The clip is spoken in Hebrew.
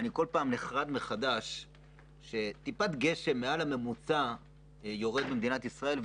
אני בכל פעם נחרד מחדש כשטיפת גשם מעל הממוצע יורדת מעל מדינת ישראל,